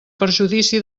perjudici